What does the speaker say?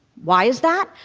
why is that?